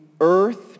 earth